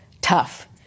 tough